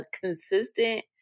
consistent